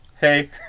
Hey